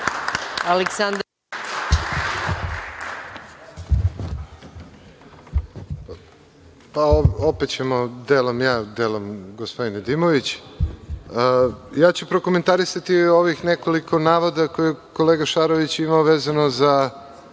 Opet ćemo delom ja, delom gospodin Nedimović. Prokomentarisaću ovih nekoliko navoda koje kolega Šarović ima vezano za,